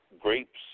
grapes